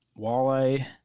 Walleye